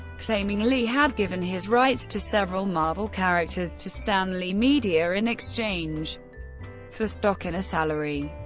claiming lee had given his rights to several marvel characters to stan lee media in exchange for stock and a salary.